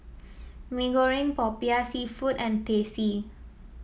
Mee Goreng popiah seafood and Teh C